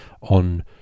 on